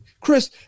Chris